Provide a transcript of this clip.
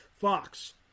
Fox